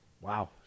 wow